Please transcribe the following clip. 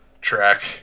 track